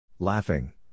Laughing